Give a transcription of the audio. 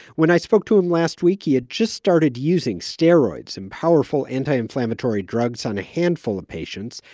when i spoke to him last week, he had just started using steroids and powerful anti-inflammatory drugs on a handful of patients.